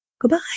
Goodbye